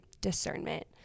discernment